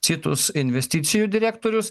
citus investicijų direktorius